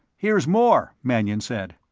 here's more, mannion said.